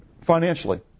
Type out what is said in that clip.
financially